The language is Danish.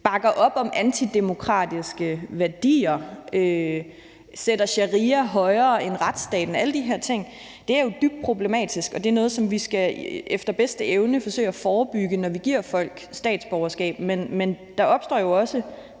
bakker op om antidemokratiske værdier, sætter sharia højere end retsstaten og alle de her ting, så er det jo dybt problematisk, og det er noget, som vi efter bedste evne skal forsøge at forebygge, når vi giver folk statsborgerskab. Men der er jo også